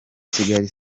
kigali